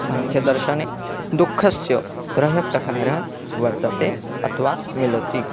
साङ्ख्यदर्शने दुःखस्य त्रयः प्रकाराः वर्तन्ते अथवा मिलन्ति